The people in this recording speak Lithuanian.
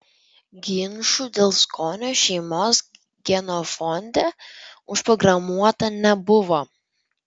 ginčų dėl skonio šeimos genofonde užprogramuota nebuvo